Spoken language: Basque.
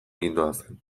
gindoazen